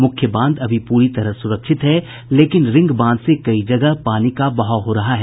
मुख्य बांध अभी पूरी तरह सूरक्षित है लेकिन रिंग बांध से कई जगह पानी का बहाव हो रहा है